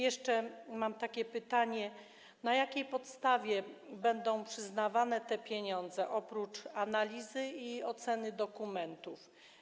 I mam takie pytanie: Na jakiej podstawie będą przyznawane te pieniądze, oprócz analizy i oceny dokumentów?